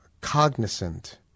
cognizant